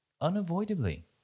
Unavoidably